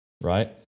right